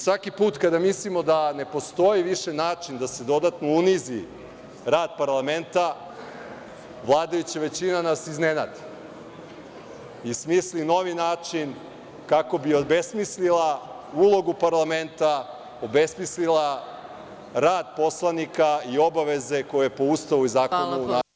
Svaki put kada mislimo da ne postoji više način da se dodatno unizi rad parlamenta, vladajuća većina nas iznenadi i smisli novi način kako bi obesmislila ulogu parlament, obesmislila rad poslanika i obaveze koje po Ustavu i zakonu imaju narodni poslanici.